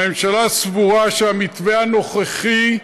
הממשלה סבורה שהמתווה הנוכחי,